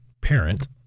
parent